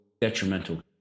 detrimental